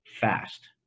fast